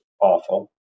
awful